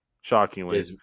Shockingly